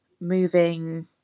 moving